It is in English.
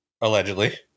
Allegedly